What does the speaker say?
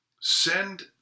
Send